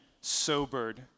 sobered